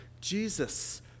Jesus